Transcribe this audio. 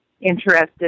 interested